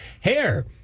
Hair